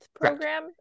program